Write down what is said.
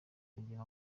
kugira